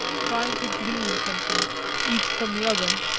trying to glean something each from the other.